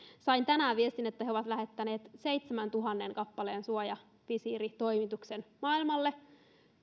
sain tänään viestin että he ovat lähettäneet seitsemääntuhanteen kappaleen suojavisiiritoimituksen maailmalle